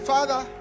Father